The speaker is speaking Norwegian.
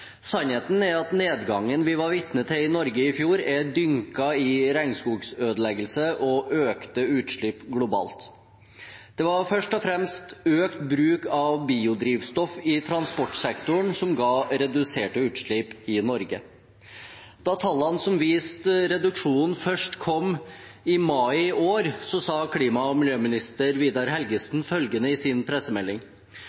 Sannheten er at nedgangen vi var vitne til i Norge i fjor, er dynket i regnskogødeleggelse og økte utslipp globalt. Det var først og fremst økt bruk av biodrivstoff i transportsektoren som ga reduserte utslipp i Norge. Da tallene som viste reduksjonen, først kom i mai i år, sa klima- og miljøminister Vidar